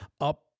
up